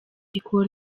ariko